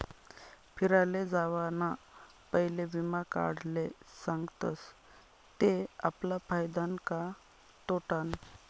फिराले जावाना पयले वीमा काढाले सांगतस ते आपला फायदानं का तोटानं